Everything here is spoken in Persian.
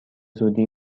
زودی